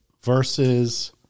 versus